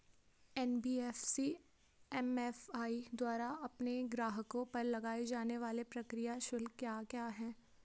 NBFC MFI द्वारा अपने ग्राहकों पर लगाए जाने वाले प्रक्रिया शुल्क क्या क्या हैं?